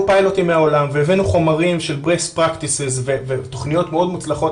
פיילוטים מהעולם והבאנו חומרים של best practices ותכניות מאוד מוצלחות